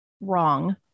wrong